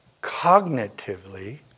cognitively